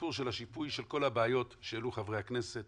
הסיפור של השיפוי של כל הבעיות שהעלו חברי הכנסת